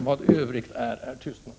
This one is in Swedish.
Vad övrigt är, är tystnad.